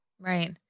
Right